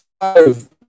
five